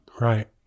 Right